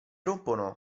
rompono